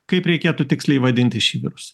kaip reikėtų tiksliai vadinti šį virusą